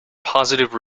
positive